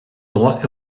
droit